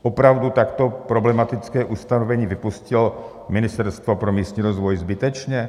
Opravdu takto problematické ustanovení vypustilo Ministerstvo pro místní rozvoj zbytečně?